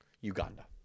Uganda